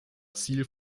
ziel